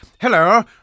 Hello